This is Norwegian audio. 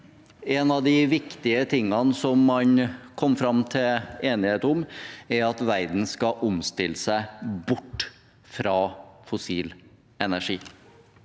en av de viktige tingene som man kom til enighet om, er at verden skal omstille seg bort fra fossil energi.